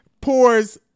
pours